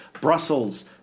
Brussels